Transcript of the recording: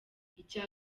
icya